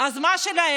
אז מה שלהם?